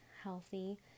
healthy